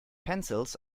pencils